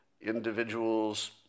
individuals